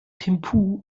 thimphu